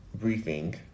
briefing